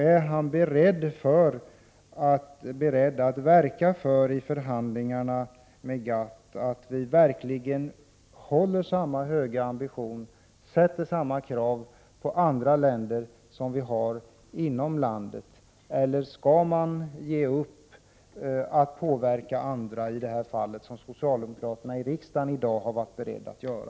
Är ministern vidare beredd att i förhandlingarna med GATT verka för att vi skall hålla samma ambitionsnivå och ställa samma krav på andra länder som vi ställer inom landet, eller skall man ge upp arbetet med att påverka — som socialdemokraterna i riksdagen i dag har varit beredda att göra?